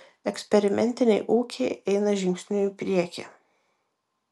eksperimentiniai ūkiai eina žingsniu į priekį